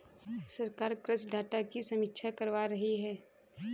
सरकार कृषि डाटा की समीक्षा करवा रही है